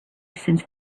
since